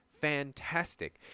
fantastic